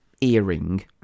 earring